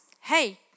hey